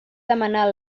demanar